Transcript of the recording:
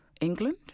England